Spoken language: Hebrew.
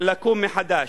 לקום מחדש.